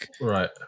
Right